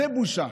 זה בושה.